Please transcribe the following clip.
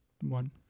one